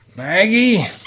Maggie